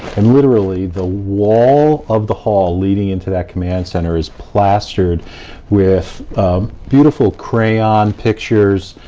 and literally, the wall of the hall, leading into that command center is plastered with beautiful crayon pictures,